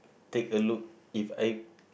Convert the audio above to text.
take a look if I